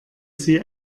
sie